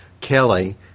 Kelly